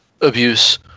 abuse